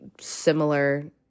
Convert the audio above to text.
similar